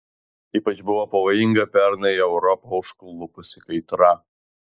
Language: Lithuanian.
ypač buvo pavojinga pernai europą užklupusi kaitra